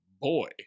boy